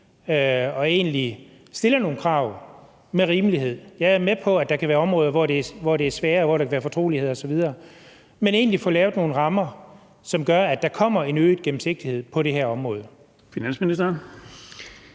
og egentlig stiller nogle rimelige krav – jeg er med på, at der kan være områder, hvor det er sværere, og hvor der kan være fortrolighed osv. – og få lavet nogle rammer, som gør, at der kommer en øget gennemsigtighed på det her område.